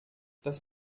das